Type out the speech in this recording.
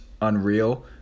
Unreal